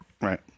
right